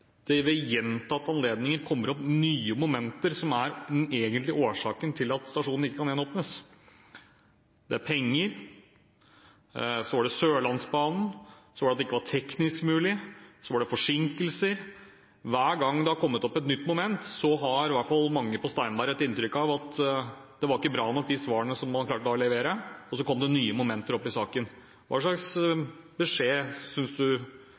det ved gjentatte anledninger kommer opp nye momenter som er den egentlige årsaken til at stasjonen ikke kan gjenåpnes. Det er penger, så var det Sørlandsbanen, så var det at det ikke var teknisk mulig, og så var det forsinkelser – hver gang det har kommet opp et nytt moment, har i hvert fall mange på Steinberg et inntrykk av at de var ikke bra nok de svarene som man klarte å levere, og så kom det nye momenter opp i saken. Hva slags beskjed synes du